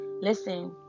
listen